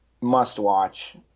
must-watch